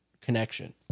connection